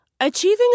Achieving